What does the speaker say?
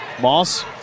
Moss